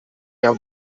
haben